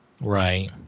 Right